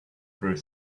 through